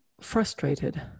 frustrated